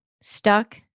Stuck